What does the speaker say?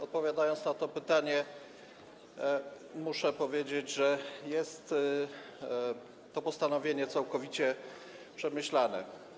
Odpowiadając na to pytanie, muszę powiedzieć, że jest to postanowienie całkowicie przemyślane.